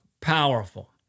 powerful